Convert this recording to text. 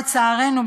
לצערנו,